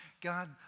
God